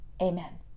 Amen